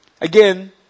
again